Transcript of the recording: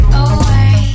away